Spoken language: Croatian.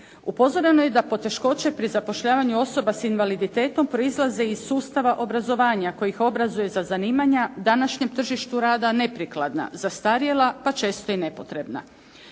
Upozoreno je da poteškoće pri zapošljavanju osoba s invaliditetom proizlaze iz sustava obrazovanja koji ih obrazuje za zanimanja današnjem tržištu rada neprikladna, zastarjela pa često i nepotrebna.